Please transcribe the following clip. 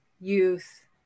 youth